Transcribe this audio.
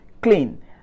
clean